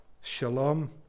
shalom